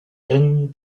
din